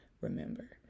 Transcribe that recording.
remember